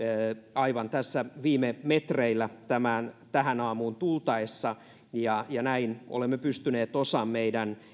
aivan tässä viime metreillä tähän aamuun tultaessa ja ja näin olemme pystyneet toteamaan osan meidän